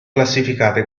classificate